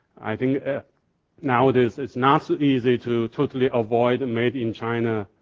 i think nowadays it's not so easy to totally avoid made in china